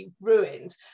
ruined